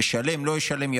אשלם או לא אשלם?